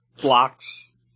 blocks